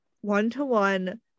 one-to-one